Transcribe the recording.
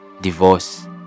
Divorce